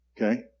Okay